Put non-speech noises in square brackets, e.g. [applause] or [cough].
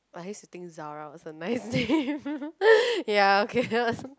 I used to think Zara was a nice name [laughs] ya okay